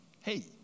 Hey